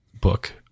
book